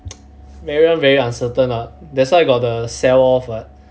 everyone very uncertain lah that's why I got the sell off what